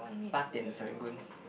八点 Serangoon